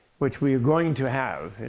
which we are going to have.